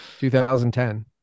2010